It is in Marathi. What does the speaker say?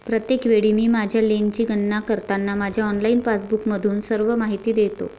प्रत्येक वेळी मी माझ्या लेनची गणना करताना माझ्या ऑनलाइन पासबुकमधून सर्व माहिती घेतो